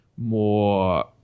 more